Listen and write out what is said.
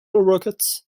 rockets